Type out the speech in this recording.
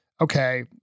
okay